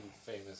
famous